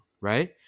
right